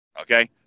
Okay